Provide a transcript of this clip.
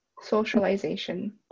socialization